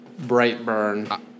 Brightburn